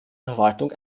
verwaltung